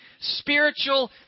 spiritual